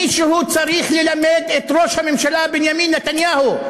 מישהו צריך ללמד את ראש הממשלה בנימין נתניהו,